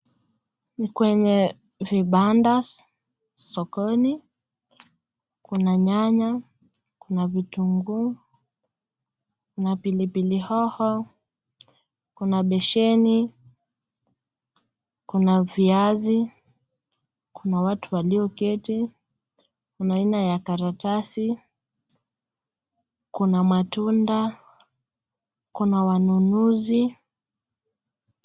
NI kwenye vibanda sokoni kuna nyanya ,kuna vitunguu na pilipili hoho, kuna besheni, kuna viazi, kuna watu walioketi kuna aina ya karatasi, kuna matunda kuna wanunuzi.